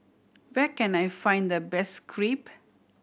where can I find the best Crepe